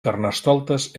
carnestoltes